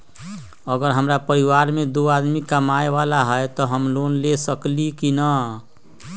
अगर हमरा परिवार में दो आदमी कमाये वाला है त हम लोन ले सकेली की न?